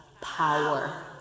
Power